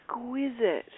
exquisite